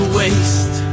waste